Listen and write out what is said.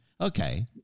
Okay